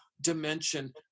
dimension